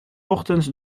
ochtends